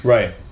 Right